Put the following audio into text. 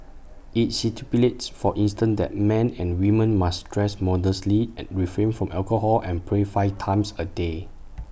IT stipulates for instance that men and women must dress modestly and refrain from alcohol and pray five times A day